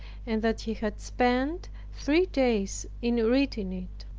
and that he had spent three days in reading it,